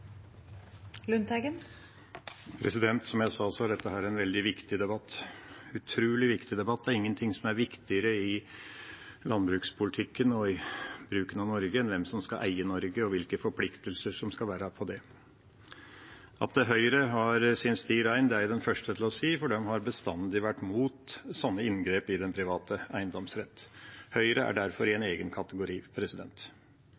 dette en veldig viktig debatt – en utrolig viktig debatt. Det er ingenting som er viktigere i landbrukspolitikken og i bruken av Norge enn hvem som skal eie Norge, og hvilke forpliktelser som skal være med tanke på det. At Høyre holder sin sti ren, er jeg den første til å si, for de har alltid vært mot sånne inngrep i den private eiendomsretten. Høyre er derfor i